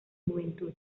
juventud